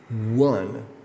one